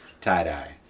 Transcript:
tie-dye